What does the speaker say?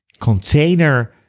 container